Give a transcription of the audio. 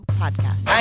podcast